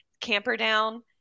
Camperdown